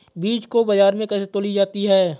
बीज को बाजार में कैसे तौली जाती है?